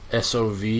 Sov